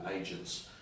agents